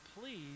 please